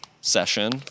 session